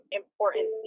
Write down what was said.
important